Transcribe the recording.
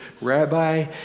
rabbi